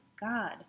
God